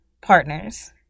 partners